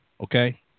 Okay